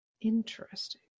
Interesting